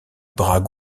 bras